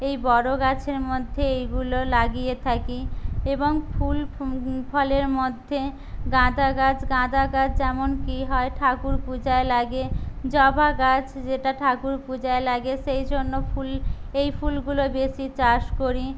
এই বড়ো গাছের মধ্যে এইগুলো লাগিয়ে থাকি এবং ফুল ফলের মধ্যে গাঁদা গাছ গাঁদা গাছ যেমন কি হয় ঠাকুর পূজায় লাগে জবা গাছ যেটা ঠাকুর পূজায় লাগে সেই জন্য ফুল এই ফুলগুলো বেশি চাষ করি